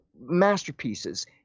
masterpieces